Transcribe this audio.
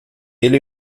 ele